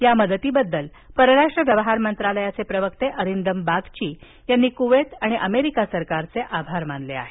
या मदतीबद्दल परराष्ट्र व्यवहार मंत्रालयाचे प्रवक्ते अरिंदम बागची यांनी कुवेत आणि अमेरिका सरकारचे आभार मानले आहेत